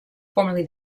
formerly